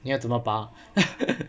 你要怎么扒